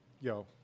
yo